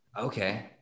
Okay